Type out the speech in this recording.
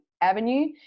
avenue